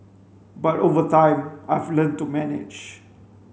but over time I've learnt to manage